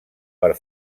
per